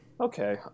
Okay